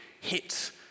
hit